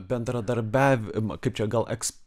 bendradarbiavimą kaip čia gal eks